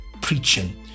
preaching